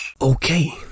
Okay